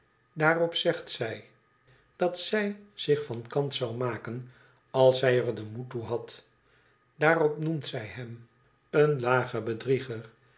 daarop zegt zij dat zij sich van kant zou maken als zij er den moed toe had daarop noemt zij hem een lagen bedrieger